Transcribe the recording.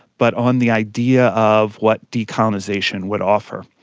but on the idea of what decolonisation would offer.